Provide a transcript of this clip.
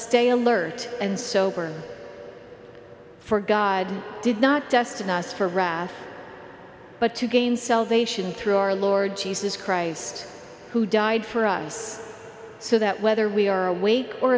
stay alert and sober for god did not just in us for wrath but to gain salvation through our lord jesus christ who died for us so that whether we are awake or